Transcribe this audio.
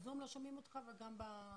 נציג החרדים הממלכתיים, תנועת התעוררות בירושלים.